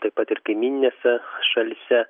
taip pat ir kaimyninėse šalyse